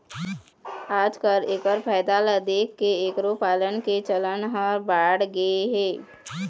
आजकाल एखर फायदा ल देखके एखरो पालन के चलन ह बाढ़गे हे